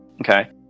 Okay